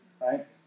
right